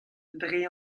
dre